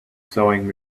sewing